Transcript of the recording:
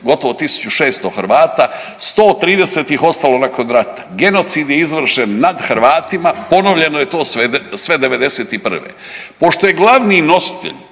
gotovo 1600 Hrvata, 130 ih je ostalo nakon rata. Genocid je izvršen nad Hrvatima, ponovljeno je to sve '91. Pošto je glavni nositelj